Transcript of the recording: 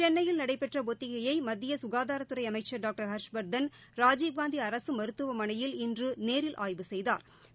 சென்னையில் நடைபெற்ற ஒத்திகையை மத்திய சுகாதாரத்துறை அமைச்சர் டாக்டர் ஹர்ஷ்வர்தன் ராஜீவ்காந்தி அரசு மருத்துவமனையில் இன்று நேரில் ஆய்வு செய்தாா்